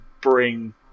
bring